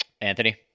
Anthony